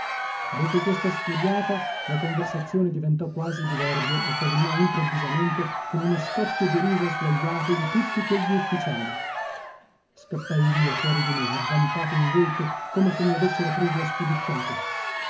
dopo questa sfuriata la conversazione diventò quasi diverbio e terminò improvvisamente con uno scoppio di risa sguajate di tutti quegli ufficiali scappai via fuori di me avvampato in volto come se mi avessero preso a